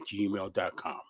gmail.com